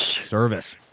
Service